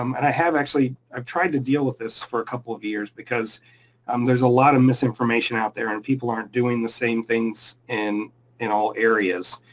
um and i have actually um tried to deal with this for a couple of years because um there's a lot of misinformation out there and people aren't doing the same things in in all areas,